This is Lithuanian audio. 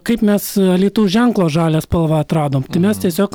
kaip mes alytaus ženklo žalią spalvą atradom mes tiesiog